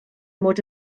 mod